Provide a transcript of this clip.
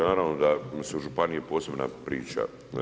Pa naravno da su županije posebna priča.